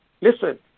Listen